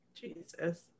Jesus